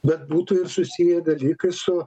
bet būtų ir susiję dalykai su